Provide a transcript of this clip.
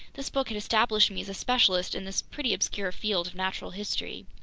this book had established me as a specialist in this pretty obscure field of natural history.